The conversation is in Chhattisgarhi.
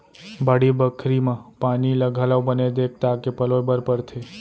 बाड़ी बखरी म पानी ल घलौ बने देख ताक के पलोय बर परथे